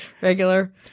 regular